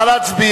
ההצעה להעביר